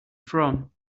from